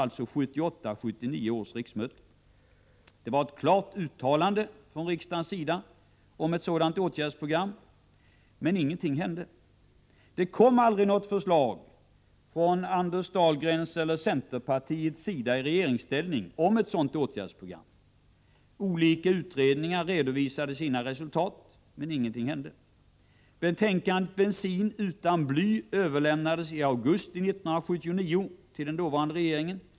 Detta hände alltså vid 1978/79 års riksmöte. Det var ett klart uttalande från riksdagens sida om ett sådant åtgärdsprogram, men ingenting hände. Det kom aldrig något förslag från Anders Dahlgrens eller centerpartiets sida i regeringsställning om ett sådant åtgärdsprogram. Olika utredningar redovisade sina resultat, men ingenting hände. Betänkandet Bensin utan bly överlämnades i augusti 1979 till den dåvarande regeringen.